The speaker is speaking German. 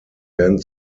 werden